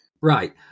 Right